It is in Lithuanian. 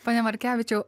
pone merkevičiau